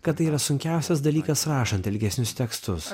kad tai yra sunkiausias dalykas rašant ilgesnius tekstus